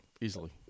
easily